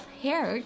hair